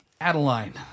Adeline